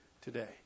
today